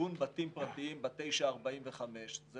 במיגון בתים פרטיים בתשעה עד 45 קילומטר.